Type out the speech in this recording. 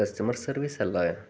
customer service അല്ലെ